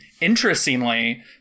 Interestingly